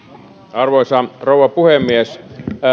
arvoisa rouva puhemies